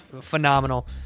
phenomenal